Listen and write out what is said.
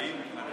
באים אנשים,